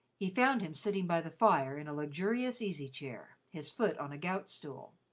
he found him sitting by the fire in a luxurious easy-chair, his foot on a gout-stool.